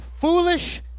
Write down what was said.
foolish